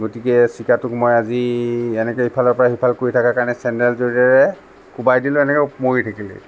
গতিকে চিকাটোক মই আজি এনেকে এইফালৰ পৰা সেইফাল কৰি থকাৰ কাৰণে চেণ্ডল জোৰৰে কোবাই দিলোঁ এনেকে মৰি থাকিল